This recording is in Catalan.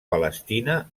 palestina